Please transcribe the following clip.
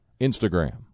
Instagram